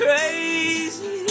Crazy